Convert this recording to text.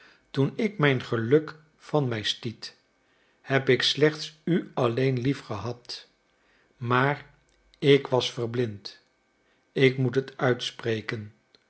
toen ik mijn geluk van mij stiet heb ik slechts u alleen lief gehad maar ik was verblind ik moet het uitspreken